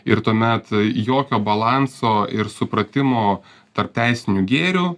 ir tuomet jokio balanso ir supratimo tarp teisinių gėrių